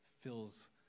fills